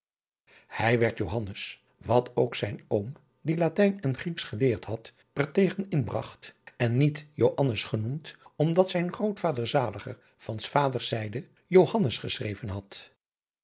hij werd johannes wat ook zijn oom die latijn en grieksch geleerd had er tegzn inbragt en niet joannes adriaan loosjes pzn het leven van johannes wouter blommesteyn genoemd omdat zijn grootvader zaliger van s vaders zijde johannes geschreven had